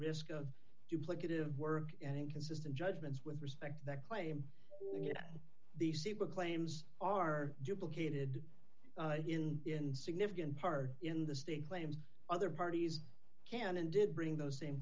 risk of duplicative work and inconsistent judgments with respect that claim the super claims are duplicated in in significant part in the state claims other parties can and did bring those same